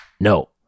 no